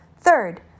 Third